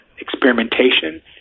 experimentation